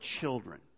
children